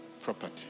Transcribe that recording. property